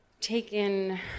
taken